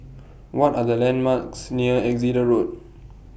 What Are The landmarks near Exeter Road